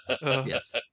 Yes